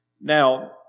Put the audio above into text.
Now